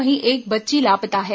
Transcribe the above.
वहीं एक बच्ची लापता है